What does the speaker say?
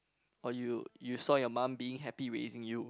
or you you saw your mum being happy raising you